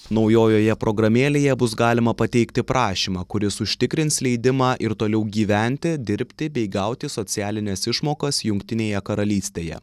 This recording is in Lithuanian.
naujojoje programėlėje bus galima pateikti prašymą kuris užtikrins leidimą ir toliau gyventi dirbti bei gauti socialines išmokas jungtinėje karalystėje